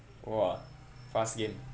!wah! fast game